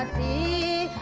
the